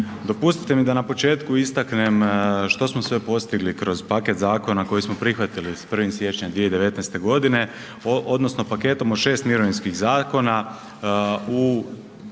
Dopustite mi da na početku istaknem što smo sve postigli kroz paket zakona koji smo prihvatili s 1. siječnja 2019. godine odnosno o paketu od šest mirovinskih zakona u